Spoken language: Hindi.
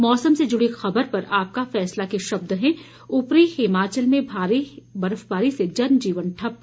मौसम से जुड़ी खबर पर आपका फैसला के शब्द हैं ऊपरी हिमाचल में भारी बर्फबारी से जनजीवन ठप्प